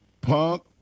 Punk